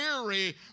weary